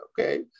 Okay